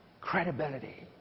credibility